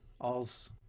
All's